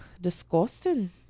disgusting